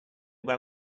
when